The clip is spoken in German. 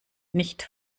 nicht